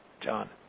John